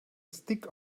stick